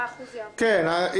כן,